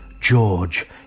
George